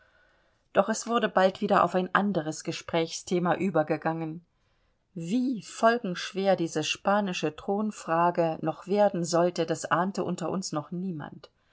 doch es wurde bald wieder auf ein anderes gesprächsthema übergegangen wie folgenschwer diese spanische thronfrage noch werden sollte das ahnte unter uns noch niemand